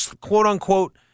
quote-unquote